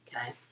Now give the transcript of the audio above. okay